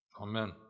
Amen